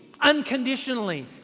unconditionally